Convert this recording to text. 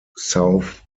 south